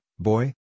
Boy